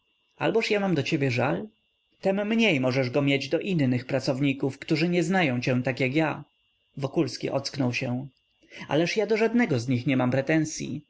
odpowiedzi alboż ja do ciebie mam żal tem mniej możesz go mieć do innych pracowników którzy nie znają cię tak jak ja wokulski ocknął się ależ ja do żadnego z nich nie mam pretensyi